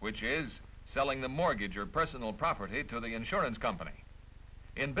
which is selling the mortgage or present a property to the insurance company in